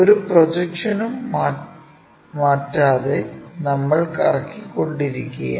ഒരു പ്രൊജക്ഷനും മാറ്റാതെ നമ്മൾ കറക്കിക്കൊണ്ടിരിക്കുകയാണ്